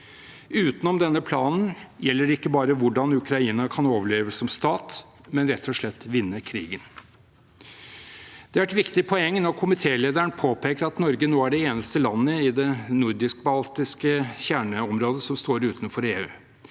Utenom denne planen gjelder det ikke bare hvordan Ukraina kan overleve som stat, men rett og slett vinne krigen. Det er et viktig poeng når komitelederen påpeker at Norge nå er det eneste landet i det nordisk-baltiske kjerneområdet som står utenfor EU.